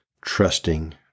trusting